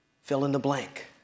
fill-in-the-blank